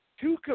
Two